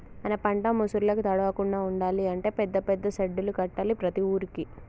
మన పంట ముసురులకు తడవకుండా ఉండాలి అంటే పెద్ద పెద్ద సెడ్డులు కట్టాలి ప్రతి ఊరుకి